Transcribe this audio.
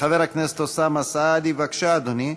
חבר הכנסת אוסאמה סעדי, בבקשה, אדוני.